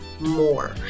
more